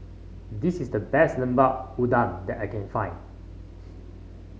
this is the best Lemper Udang that I can find